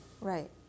right